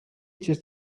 just